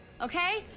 okay